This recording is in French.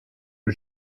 aux